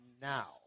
now